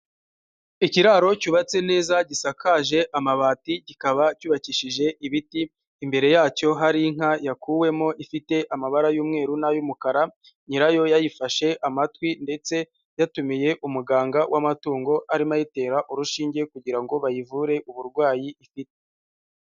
Ikiraro cyubatse neza gisakaje amabati kikaba cyubakishije ibiti, imbere yacyo hari inka yakuwemo ifite amabara y'umweru n'ay'umukara, nyirayo yayifashe amatwi ndetse yatumiye umuganga w'amatungo arimo ayitera urushinge kugira ngo bayivure uburwayi ifite.